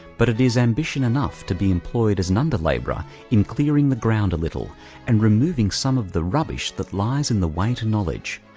but it is ambition enough to be employed as an under-labourer ah in clearing the ground a little and removing some of the rubbish that lies in the way to knowledge,